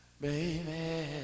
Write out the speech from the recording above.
baby